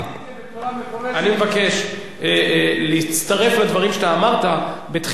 אני מבקש להצטרף לדברים שאתה אמרת בתחילת הדברים שלך,